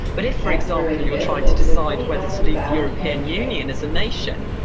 but if, for example, you're trying to decide whether to leave the european union as a nation,